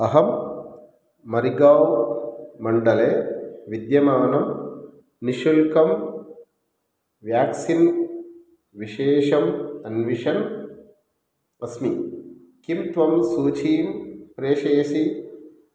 अहं मरिगावमण्डले विद्यमानं निःशुल्कं व्याक्सिन् विशेषम् अन्विषन् अस्मि किं त्वं सूचिं प्रेषयसि